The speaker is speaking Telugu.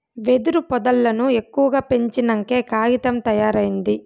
వెదురు పొదల్లను ఎక్కువగా పెంచినంకే కాగితం తయారైంది